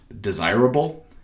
desirable